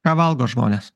ką valgo žmonės